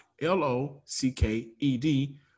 L-O-C-K-E-D